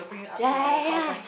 yea yea yea